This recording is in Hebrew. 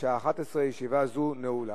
בשעה 11:00. ישיבה זו נעולה.